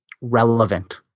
relevant